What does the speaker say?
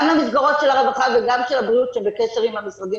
גם למסגרות של הרווחה וגם של הבריאות שבקשר עם המשרדים